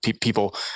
people